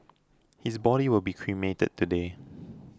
his body will be cremated today